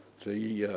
the